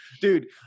Dude